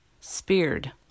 speared